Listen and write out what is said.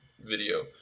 video